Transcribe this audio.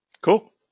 cool